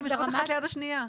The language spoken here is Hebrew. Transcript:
אתן יושבות אחת ליד השנייה.